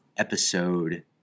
episode